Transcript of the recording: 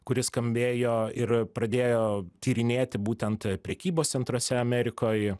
kuri skambėjo ir pradėjo tyrinėti būtent prekybos centruose amerikoj